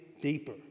deeper